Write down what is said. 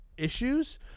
issues